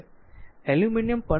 aluminium પણ 2